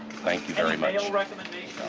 thank you very much. um and